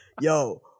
yo